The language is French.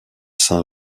saints